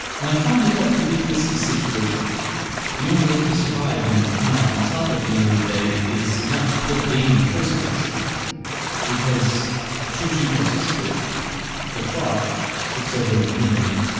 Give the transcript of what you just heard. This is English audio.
and i find that that really fits the situation the only way to survive and come out on top at the end of the day is not to play the game in the first place because should you participate the clock ticks over the midnight?